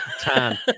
Tan